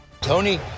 Tony